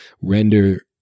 render